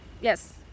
Yes